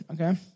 Okay